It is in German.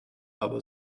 aber